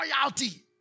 loyalty